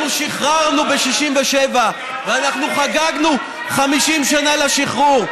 אנחנו שחררנו ב-67' ואנחנו חגגנו 50 שנה לשחרור,